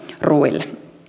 ruuille